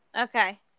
Okay